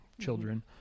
children